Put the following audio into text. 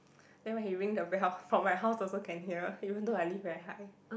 then when he ring the bell from my house also can hear even though I live very high